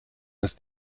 ist